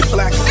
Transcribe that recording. Black